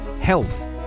health